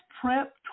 Prep